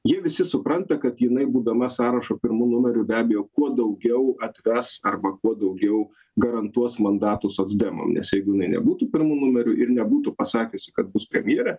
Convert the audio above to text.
jie visi supranta kad jinai būdama sąrašo pirmu numeriu be abejo kuo daugiau atves arba kuo daugiau garantuos mandatų socdemų nes jeigu jinai nebūtų pirmu numeriu ir nebūtų pasakiusi kad bus premjerė